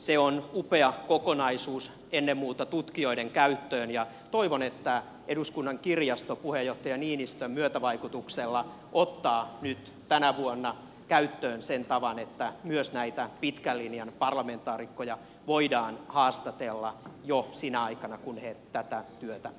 se on upea kokonaisuus ennen muuta tutkijoiden käyttöön ja toivon että eduskunnan kirjasto puheenjohtaja niinistön myötävaikutuksella ottaa nyt tänä vuonna käyttöön tavan että myös näitä pitkän linjan parlamentaarikkoja voidaan haastatella jo sinä aikana kun he tätä työtä tekevät